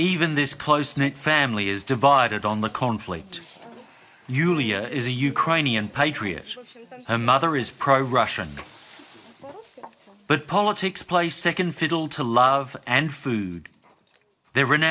even this close knit family is divided on the conflict is a ukrainian patriot a mother is progress but politics play second fiddle to love and food the